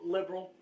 Liberal